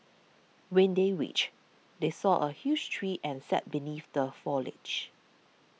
when they reached they saw a huge tree and sat beneath the foliage